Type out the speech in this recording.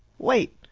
wait!